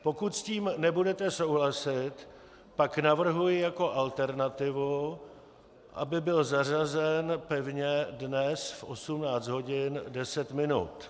Pokud s tím nebudete souhlasit, pak navrhuji jako alternativu, aby byl zařazen pevně dnes v 18 hodin 10 minut.